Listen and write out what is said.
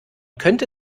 könnte